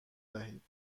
دهید